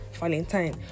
valentine